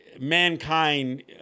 Mankind